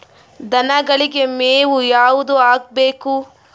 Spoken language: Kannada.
ದನಗಳಿಗೆ ಮೇವು ಯಾವುದು ಹಾಕ್ಬೇಕು?